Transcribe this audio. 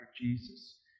Jesus